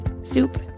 soup